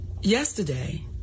yesterday